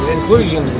Inclusion